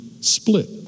split